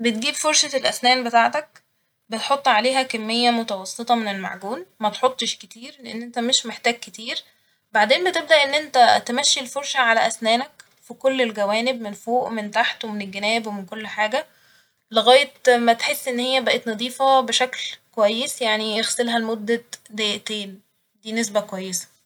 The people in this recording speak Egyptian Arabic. بتجيب فرشة الأنسان بتاعتك بتحط عليها كمية متوسطة من المعجون ، متحطش كتير لإن إنت مش محتاج كتير، بعدين بتبدأ إن إنت تمشي الفرشة على أسنانك في كل الجوانب من فوق ومن تحت ومن الجناب ومن كل حاجة لغاية ما تحس إنها بقت نضيفة بشكل كويس يعني اغسلها لمدة دقيقتين ، دي نسبة كويسة